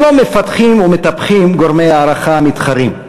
ולא מפתחים ומטפחים גורמי הערכה מתחרים.